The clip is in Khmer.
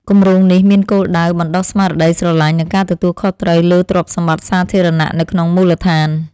គម្រោងនេះមានគោលដៅបណ្តុះស្មារតីស្រឡាញ់ និងការទទួលខុសត្រូវលើទ្រព្យសម្បត្តិសាធារណៈនៅក្នុងមូលដ្ឋាន។